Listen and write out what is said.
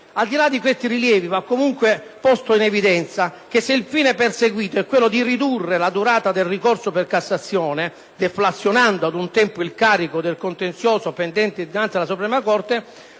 Al di la di questi rilievi, va comunque posto in risalto che, se il fine perseguito equello di ridurre la durata del ricorso per Cassazione, deflazionando ad un tempo il carico del contenzioso pendente dinanzi alla Suprema corte,